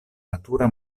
natura